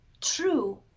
true